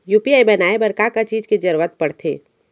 UPI बनाए बर का का चीज के जरवत पड़थे?